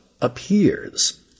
appears